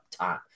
time